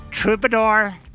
Troubadour